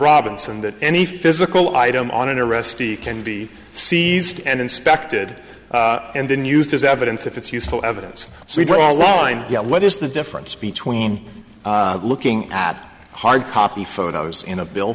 robinson that any physical item on an arrestee can be seized and inspected and then used as evidence if it's useful evidence so we're all online what is the difference between looking at hard copy photos in a bill